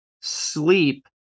sleep